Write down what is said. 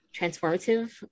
transformative